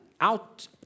Out